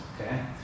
okay